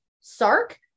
Sark